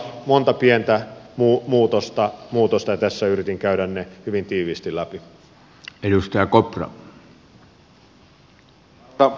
monta pientä muutosta ja tässä yritin käydä ne hyvin tiiviisti läpi